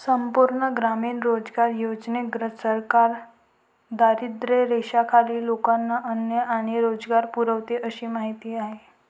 संपूर्ण ग्रामीण रोजगार योजनेंतर्गत सरकार दारिद्र्यरेषेखालील लोकांना अन्न आणि रोजगार पुरवते अशी माहिती आहे